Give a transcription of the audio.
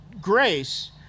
grace